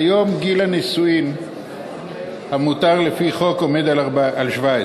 כיום גיל הנישואין המותר לפי חוק הוא 17,